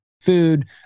food